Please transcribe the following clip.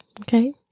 Okay